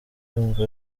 yumva